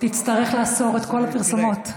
תצטרך לאסור את כל הפרסומות.